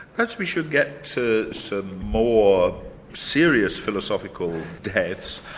perhaps we should get to some more serious philosophical deaths